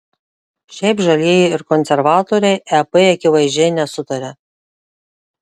šiaip žalieji ir konservatoriai ep akivaizdžiai nesutaria